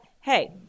hey